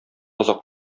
озак